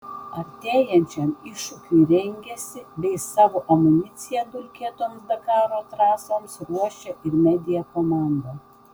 artėjančiam iššūkiui rengiasi bei savo amuniciją dulkėtoms dakaro trasoms ruošia ir media komanda